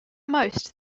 most